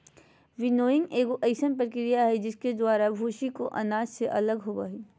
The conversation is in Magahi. विनोइंग एगो अइसन प्रक्रिया हइ जिसके द्वारा भूसी को अनाज से अलग होबो हइ